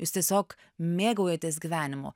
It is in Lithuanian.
jūs tiesiog mėgaujatės gyvenimu